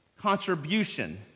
contribution